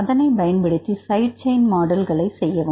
அதை பயன்படுத்தி சைடு செயின்களை மாடல் செய்யவும்